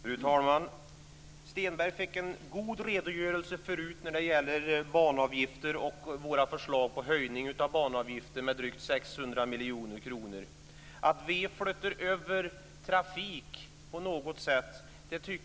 Fru talman! Stenberg fick en god redogörelse förut när det gäller banavgifter och våra förslag på höjning av banavgifter med drygt 600 miljoner kronor. Socialdemokraterna säger att vi på något sätt flyttar över trafik.